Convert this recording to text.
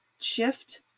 shift